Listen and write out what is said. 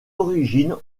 origine